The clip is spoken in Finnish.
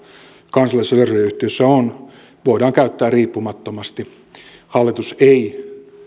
kansallisessa radioyhtiössä on voidaan käyttää riippumattomasti hallitus ei